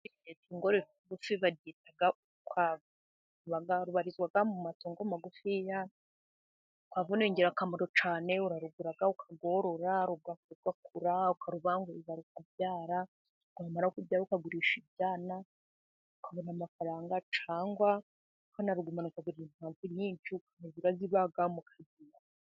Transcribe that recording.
Iri ni itungo rigufi, baryita urukwavu. Rubarizwa mu matungo magufiya. Urukwavu ni ingirakamaro cyane, urarugura ukarworora, rugakura, ukarubanguriza rukabyara, rwamara kubyara, ukagurisha ibyana ukabona amafaranga cyangwa ukanarugumana ukagira inkwavu nyinshi ukajya uzibaga mukazirya.